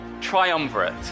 triumvirate